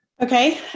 Okay